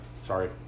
sorry